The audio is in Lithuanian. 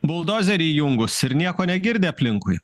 buldozerį įjungus ir nieko negirdi aplinkui